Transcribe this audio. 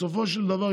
בסופו של דבר,